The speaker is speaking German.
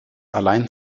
allein